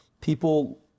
people